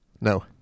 No